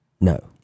No